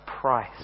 price